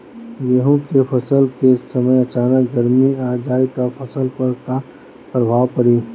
गेहुँ के फसल के समय अचानक गर्मी आ जाई त फसल पर का प्रभाव पड़ी?